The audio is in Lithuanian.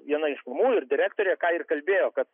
viena iš mamų ir direktorė ką ir kalbėjo kad